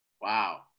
Wow